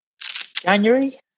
January